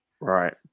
Right